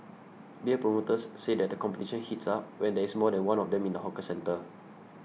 beer promoters say that the competition heats up when there is more than one of them in the hawker centre